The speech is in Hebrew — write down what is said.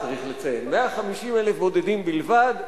150,000 בודדים בלבד,